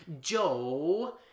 Joe